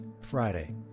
Friday